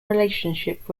relationship